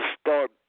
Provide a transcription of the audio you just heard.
start